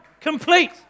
Complete